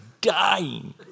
dying